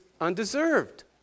undeserved